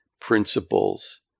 principles